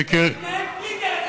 אם אתה,